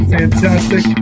fantastic